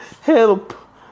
Help